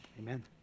Amen